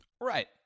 Right